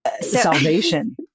salvation